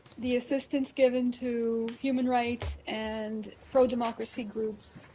the assistance given to human rights and pro-democracy groups,